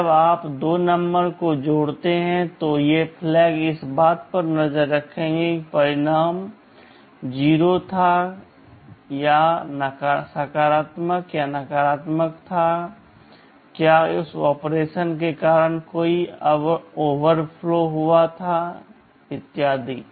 जब आप दो नंबर जोड़ते हैं तो ये फ्लैग इस बात पर नज़र रखेंगे कि क्या परिणाम 0 था क्या परिणाम सकारात्मक या नकारात्मक था क्या उस ऑपरेशन के कारण कोई ओवरफ्लो हुआ था आदि